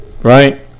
right